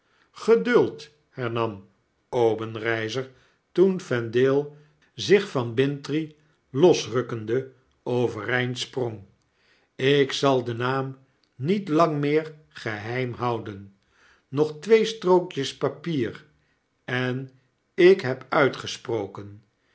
geduid hernam obenreizer toen vendale zich van bintrey losrukkende overeind sprong jk zal den naam niet lang meer geheim houden nog twee strookjes papier en ik neb uitgesproken